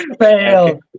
fail